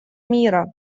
мира